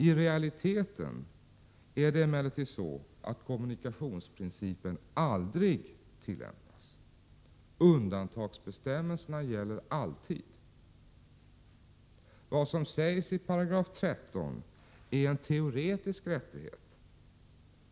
I realiteten är det emellertid så att kommunikationsprincipen aldrig tillämpas. Undantagsbestämmelserna gäller alltid. Vad som sägs i 13 § är en teoretisk rättighet,